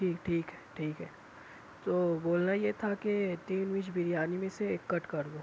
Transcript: جی ٹھیک ہے ٹھیک ہے تو بولنا یہ تھا کہ تین ویج بریانی میں سے ایک کٹ کر دو